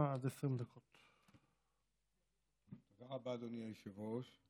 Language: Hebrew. תודה רבה, אדוני היושב-ראש.